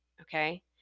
Okay